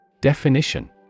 Definition